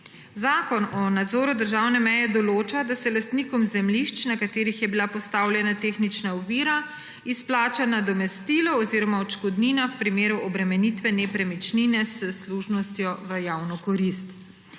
Zakon o nadzoru državne meje določa, da se lastnikom zemljišč, na katerih je bila postavljena tehnična ovira, izplača nadomestilo oziroma odškodnina v primeru obremenitve nepremičnine s služnostjo v javno korist.